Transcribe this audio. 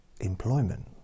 employment